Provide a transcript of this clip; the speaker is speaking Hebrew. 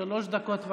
שלוש דקות.